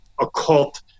occult